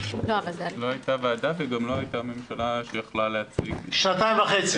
לא הייתה ועדה וגם לא הייתה ממשלה שיכלה --- שנתיים וחצי.